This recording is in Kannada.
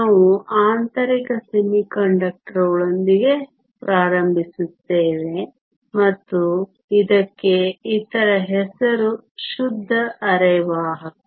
ನಾವು ಆಂತರಿಕ ಅರೆವಾಹಕಗಳೊಂದಿಗೆ ಪ್ರಾರಂಭಿಸುತ್ತೇವೆ ಮತ್ತು ಇದಕ್ಕೆ ಇತರ ಹೆಸರು ಶುದ್ಧ ಅರೆವಾಹಕ